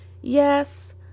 Yes